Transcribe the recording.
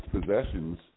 possessions